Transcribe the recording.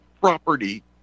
property